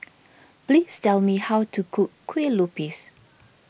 please tell me how to cook Kueh Lupis